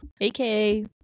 aka